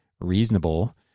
reasonable